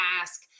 ask